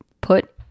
put